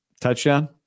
touchdown